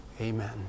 Amen